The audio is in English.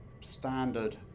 standard